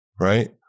right